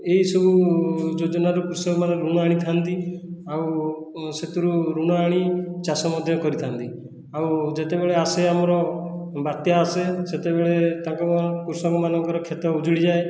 ଏହିସବୁ ଯୋଜନାରୁ କୃଷକମାନେ ଋଣ ଆଣିଥାନ୍ତି ଆଉ ସେଥିରୁ ଋଣ ଆଣି ଚାଷ ମଧ୍ୟ କରିଥାନ୍ତି ଆଉ ଯେତେବେଳେ ଆସେ ଆମର ବାତ୍ୟା ଆସେ ସେତେବେଳେ ତାଙ୍କ କୃଷକମାନଙ୍କର କ୍ଷେତ ଉଜୁଡ଼ିଯାଏ